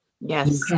Yes